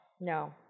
No